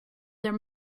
their